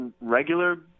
regular